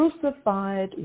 crucified